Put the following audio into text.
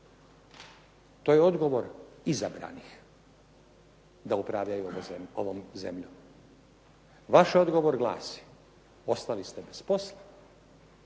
to je odgovor izabranih da upravljaju ovom zemljom. Vaš odgovor glasi, ostali ste bez posla,